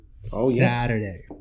Saturday